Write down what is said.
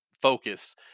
focus